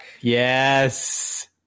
Yes